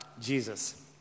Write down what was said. Jesus